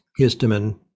histamine